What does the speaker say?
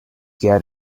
get